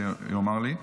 שיאמר לי.